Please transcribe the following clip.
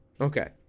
Okay